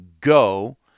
go